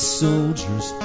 soldiers